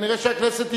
כנראה שהכנסת תתפזר.